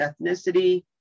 ethnicity